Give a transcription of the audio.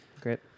Great